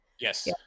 Yes